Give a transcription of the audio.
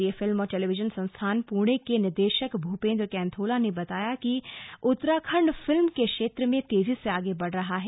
भारतीय फिल्म और टेलीविजन संस्थान पुणे के निदेशक भूपेन्द्र कैंथोला ने कहा कि उत्तराखण्ड फिल्म के क्षेत्र में तेजी से आगे बढ़ रहा है